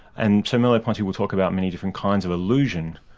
and so merleau-ponty will talk about many different kinds of illusion,